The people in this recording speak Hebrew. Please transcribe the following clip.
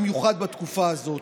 בייחוד בתקופה הזאת.